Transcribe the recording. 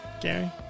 Gary